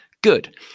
Good